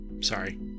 sorry